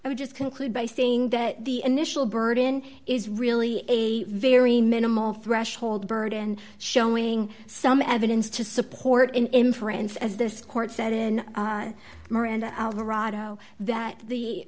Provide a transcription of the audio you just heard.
i would just conclude by saying that the initial burden is really a very minimal threshold burden showing some evidence to support in france as this court said in miranda alvarado that the